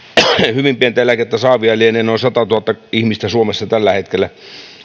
hyvin pientä eläkettä saavia lienee noin satatuhatta ihmistä suomessa tällä hetkellä